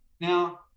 now